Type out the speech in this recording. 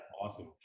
Awesome